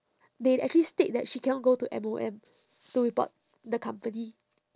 they actually state that she cannot go to M_O_M to report the company